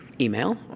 Email